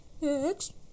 Next